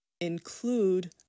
include